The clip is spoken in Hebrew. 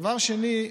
דבר שני,